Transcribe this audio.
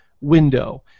window